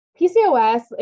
PCOS